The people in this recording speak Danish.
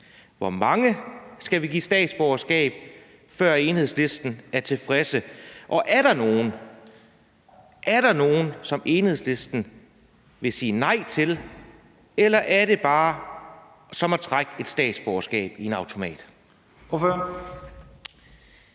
Hvor mange skal vi give statsborgerskab, før Enhedslisten er tilfreds? Og er der nogen, som Enhedslisten vil sige nej til, eller er det bare som at trække et statsborgerskab i en automat?